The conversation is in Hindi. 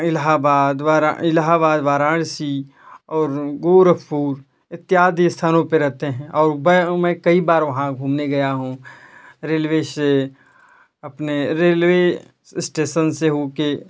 इलाहाबाद वारा इलाहाबाद वाराणसी और गोरखपुर इत्यादि स्थानों पर रहते हैं और बे मैं कई बार वहाँ घूमने गया हूँ रेलवेज़ से अपने रेलवे स्टेशन से होकर